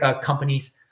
companies